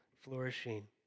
flourishing